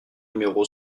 numéro